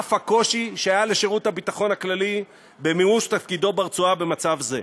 על-אף הקושי שהיה לשירות הביטחון הכללי במימוש תפקידו ברצועה במצב זה.